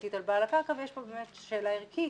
מניעתית על בעל הקרקע, ויש פה באמת שאלה ערכית